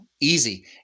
easy